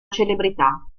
celebrità